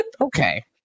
Okay